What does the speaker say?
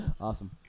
Awesome